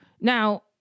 Now